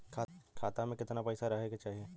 खाता में कितना पैसा रहे के चाही?